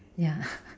ya